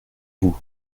vous